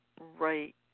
Right